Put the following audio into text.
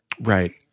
right